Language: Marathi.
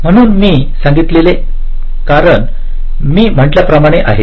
म्हणून मी सांगितलेले कारण मी म्हटल्याप्रमाणे आहे